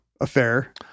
affair